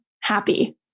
happy